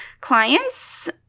clients